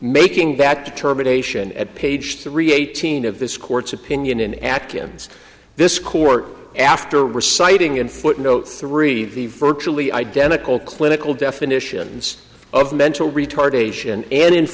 making that determination at page three eighteen of this court's opinion in atkins this court after reciting in footnote three the virtually identical clinical definitions of mental retardation and